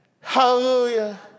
Hallelujah